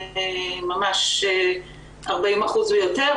ממש 40% או יותר,